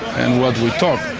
and what we talked